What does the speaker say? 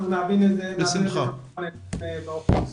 נעביר את זה באופן מסודר.